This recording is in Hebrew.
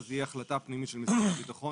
אז תהיה החלטה פנימית של משרד הביטחון